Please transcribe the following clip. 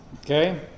Okay